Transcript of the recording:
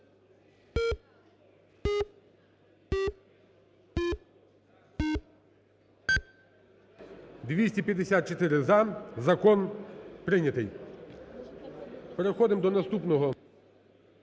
254 – за. Закон прийнятий. Переходимо до наступного